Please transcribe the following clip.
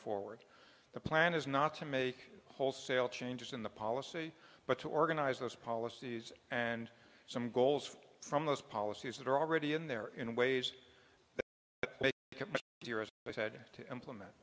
forward the plan is not to make wholesale changes in the policy but to organize those policies and some goals from those policies that are already in there in ways they had to implement